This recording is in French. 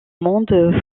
monde